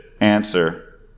answer